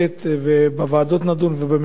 בוועדות נדון ובמליאה נדון,